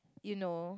you know